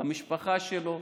למשפחה שלו,